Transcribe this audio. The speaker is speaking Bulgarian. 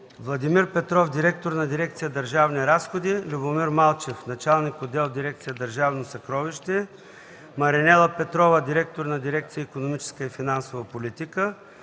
Владимир Петров – директор на дирекция „Държавни разходи”, Любомир Малчев – началник на отдел в дирекция „Държавно съкровище”, Маринела Петрова – директор на дирекция „Икономическа и финансова политика”,